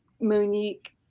Monique